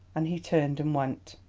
and he turned and went.